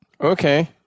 Okay